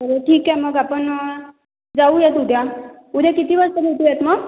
बरं ठीक आहे मग आपण जाऊयात उद्या उद्या किती वाजता भेटूयात मग